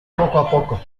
poco